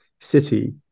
city